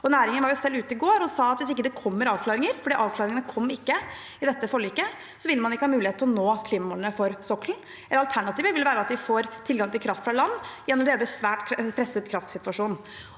Næringen var jo selv ute i går og sa at hvis det ikke kommer avklaringer – for avklaringene kom ikke i dette forliket – vil man ikke ha mulighet til å nå klimamålene for sokkelen. Alternativet vil være at vi får tilgang på kraft fra land i en allerede svært presset kraftsituasjon.